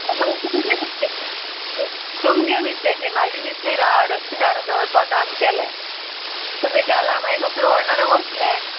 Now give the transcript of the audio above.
मागी तुमचे मिस्टेक तुमगे मिस्टेक ती म्हाजी मिस्टेक ना हांव डस्टबीन हाडून दवरपाक काम केलें तुमी घाला मागीर कसो व्हरणारे व्हरतलें